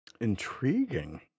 Intriguing